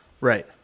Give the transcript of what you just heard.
Right